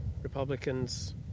Republicans